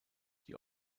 die